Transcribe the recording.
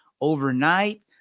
overnight